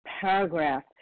Paragraph